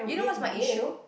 you know what's my issue